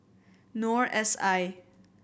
Noor S I